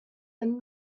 and